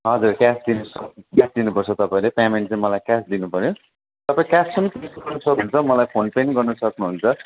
हजुर क्यास दिनु क्यास दिनु पर्छ तपाईँले पेमेन्ट चाहिँ मलाई क्यास दिनु पर्यो तपाईँ क्यास पनि दिन सक्नु हुन्छ मलाई फोन पे नि गर्न सक्नु हुन्छ